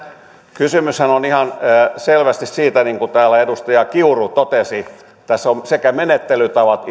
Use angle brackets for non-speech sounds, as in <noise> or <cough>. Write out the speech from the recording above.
kysymyshän on ihan selvästi siitä niin kuin täällä edustaja kiuru totesi että tässä sekä menettelytavat <unintelligible>